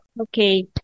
Okay